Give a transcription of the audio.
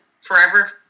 forever